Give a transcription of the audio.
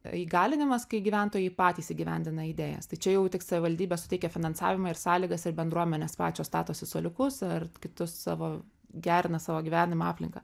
įgalinimas kai gyventojai patys įgyvendina idėjas tai čia jau tik savivaldybė suteikia finansavimą ir sąlygas ir bendruomenės pačios statosi suoliukus ar kitus savo gerina savo gyvenimo aplinką